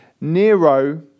Nero